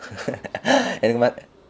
எனக்கு மாட்:enakku mat